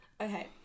Okay